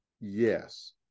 Yes